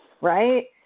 right